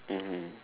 mmhmm